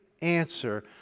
answer